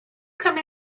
come